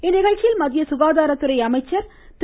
இந்நிகழ்ச்சியில் மத்திய சுகாதாரத்துறை அமைச்சர் திரு